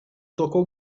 tocou